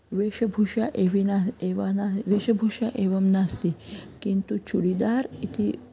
वेशभूषा एव न एव न वेषभूषा एवं नास्ति किन्तु चुडिदार् इति